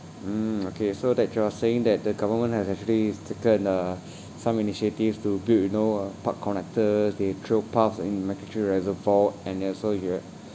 mm okay so that you are saying that the government has actually taken uh some initiatives to build you know a park connectors they trove paths in macritchie reservoir and also you're